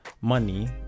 money